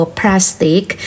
plastic